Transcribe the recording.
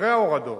אחרי ההורדות,